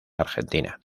argentina